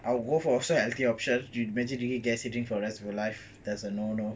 I will go for alsoa healthier option imagine drinking gassy drink for the rest of your life that's a no no